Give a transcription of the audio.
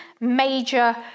major